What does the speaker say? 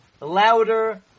louder